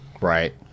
right